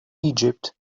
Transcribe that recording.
egypt